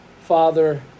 Father